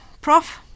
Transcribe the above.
Prof